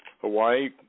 Hawaii